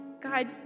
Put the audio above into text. God